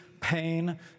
pain